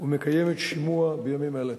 ומקיימת שימוע בימים אלה.